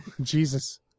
Jesus